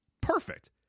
Perfect